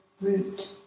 root